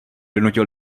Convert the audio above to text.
donutil